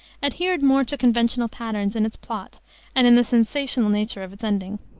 adhered more to conventional patterns in its plot and in the sensational nature of its ending.